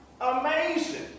amazing